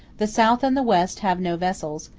the south and the west have no vessels,